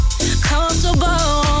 Comfortable